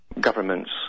governments